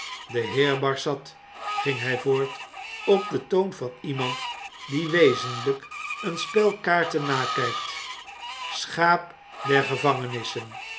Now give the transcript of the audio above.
de heer barsad ging hjj voort op den toon van iemand die wezenlgk een spel kaarten nakijkt schaap der gevangenissen